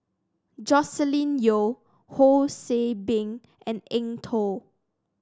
Joscelin Yeo Ho See Beng and Eng Tow